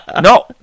no